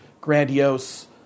grandiose